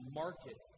market